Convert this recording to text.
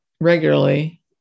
regularly